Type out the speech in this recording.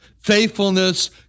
Faithfulness